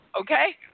Okay